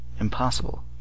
Impossible